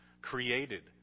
created